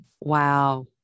Wow